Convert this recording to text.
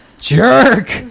Jerk